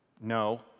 No